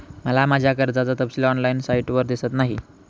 मला माझ्या कर्जाचा तपशील ऑनलाइन साइटवर दिसत नाही